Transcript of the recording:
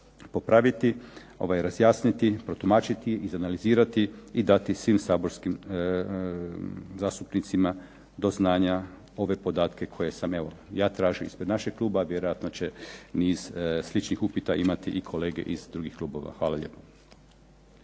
popraviti, razjasniti, protumačiti, izanalizirati i dati svim saborskim zastupnicima do znanja ove podatke koje sam je tražio ispred našeg kluba. Vjerojatno će niz sličnih upita imati i kolege iz drugih klubova. Hvala lijepo.